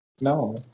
No